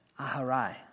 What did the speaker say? Aharai